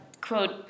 quote